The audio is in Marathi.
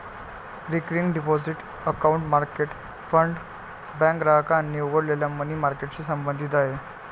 recurring deposit account market fund bank ग्राहकांनी उघडलेल्या मनी मार्केटशी संबंधित आहे